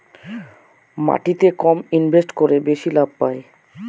মাটিতে কম ইনভেস্ট করে বেশি লাভ পাই